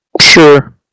Sure